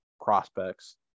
prospects